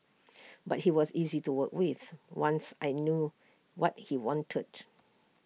but he was easy to work with once I knew what he wanted